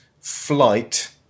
Flight